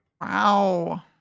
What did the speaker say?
Wow